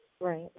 Right